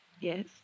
Yes